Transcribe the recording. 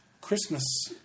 Christmas